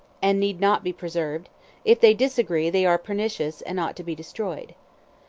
and need not be preserved if they disagree, they are pernicious, and ought to be destroyed.